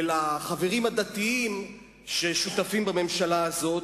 ולחברים הדתיים ששותפים בממשלה הזאת,